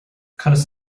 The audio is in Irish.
conas